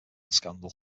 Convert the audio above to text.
scandal